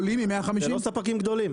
הם לא ספקים גדולים.